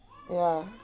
ya